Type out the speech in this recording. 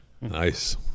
Nice